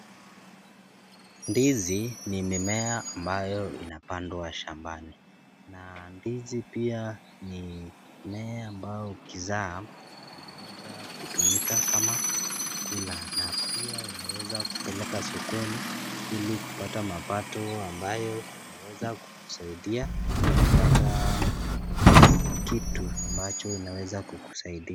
Ndizi ni mimea ambayo inapandwa shambani, na ndizi pia ni mmea ambao ukizaa, unaweza kutumika kama chakula, na pia unaweza kupeleka sokoni, ili kupata mapato ambayo yanaweza kusaidia kupata kitu ambacho inaweza kukusaidia.